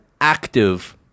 active